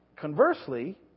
Conversely